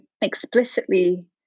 explicitly